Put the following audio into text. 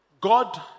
God